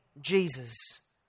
Jesus